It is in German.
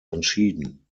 entschieden